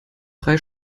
brei